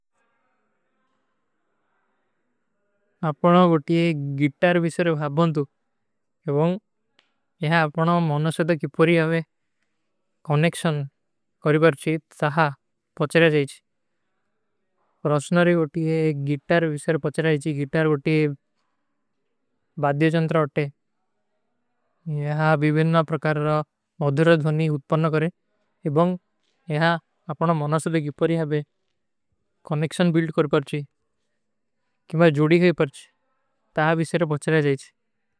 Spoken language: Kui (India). ଆପନା ଗୋଟୀ ଗିଟାର ଵିଶର ଭାବ୍ବନ୍ଦୁ। ଏବଂଗ ଯହାଁ ଆପନା ମନସଦ ଗିପରୀ ହାବେ କନେକ୍ଶନ କରୀ ପରଚୀ ତହା ପଚରା ଜାଈଚ। ରସ୍ଣରୀ ଗୋଟୀ ଗିଟାର ଵିଶର ପଚରା ଜାଈଚୀ। ଗିଟାର ଗୋଟୀ ବାଦ୍ଯୋଚଂତ୍ର ଅଟେ। ଯହାଁ ଵିଶର ଭାବ୍ବନ୍ଦୁ। ଏବଂଗ ଯହାଁ ଆପନା ମନସଦ ଗିପରୀ ହାବେ କନେକ୍ଶନ କରୀ ପରଚୀ ତହା ଵିଶର ପଚରା ଜାଈଚ।